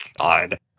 God